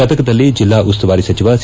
ಗದಗದಲ್ಲಿ ಜಿಲ್ಲಾ ಉಸ್ತುವಾರಿ ಸಚಿವ ಸಿ